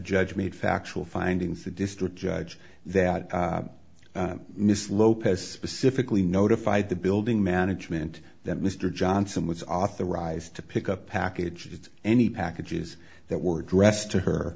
judge made factual findings the district judge that miss lopez specifically notified the building management that mr johnson was authorized to pick up packages any packages that were dressed to her